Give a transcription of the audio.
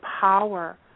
power